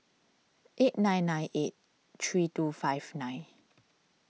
eight nine nine eight three two five nine